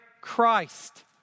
Christ